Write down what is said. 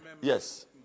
yes